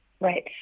Right